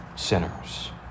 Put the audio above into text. sinners